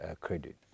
credit